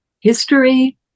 History